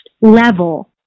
level